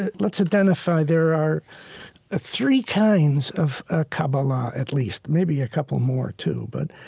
let's identify, there are three kinds of ah kabbalah, at least. maybe a couple more, too, but